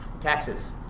taxes